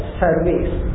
service